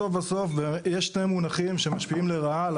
בסוף בסוף יש שני מונחים שמשפיעים לרעה על